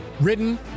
written